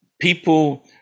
people